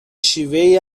شیوهای